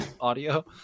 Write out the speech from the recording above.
audio